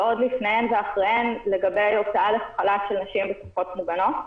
ועוד לפניהן ואחריהן לגבי הוצאה לחל"ת של נשים בתקופות מוגנות.